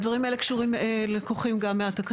הדברים האלה לקוחים גם מהתקנות.